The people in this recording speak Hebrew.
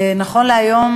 נכון להיום,